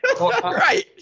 Right